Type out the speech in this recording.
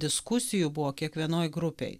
diskusijų buvo kiekvienoj grupėj